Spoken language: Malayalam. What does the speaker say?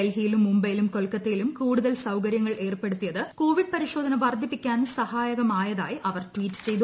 ഡൽഹിയിലും മുംബൈയിലും കൊൽക്കത്തയിലും കൂടുതൽ സൌകര്യങ്ങൾ ഏർപ്പെടുത്തിയത് കോവിഡ് പരിശോധന വർദ്ധിപ്പിക്കാൻ സഹായകമായതായി അവർ ട്യീറ്റ് ചെയ്തു